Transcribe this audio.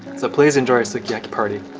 so please enjoy a sukiyaki party!